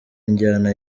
njyana